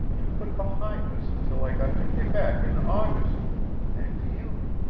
to put behind us until i got to quebec in august and you.